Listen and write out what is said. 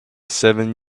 seven